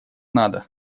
надо